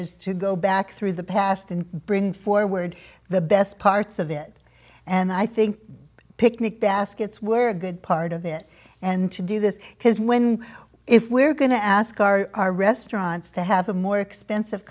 is to go back through the past and bring forward the best parts of it and i think picnic baskets were a good part of it and to do this because when if we're going to ask our restaurants to have a more expensive